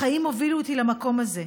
החיים הובילו אותי למקום הזה.